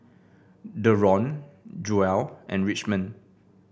Daron Joell and Richmond